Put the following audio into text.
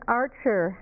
archer